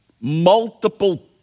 Multiple